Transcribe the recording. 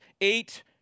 eight